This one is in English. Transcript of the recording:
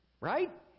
right